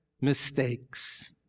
mistakes